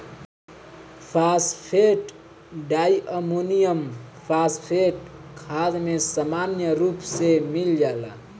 phosphate diammonium phosphate खाद में सामान्य रूप से मिल जाला